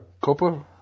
Copper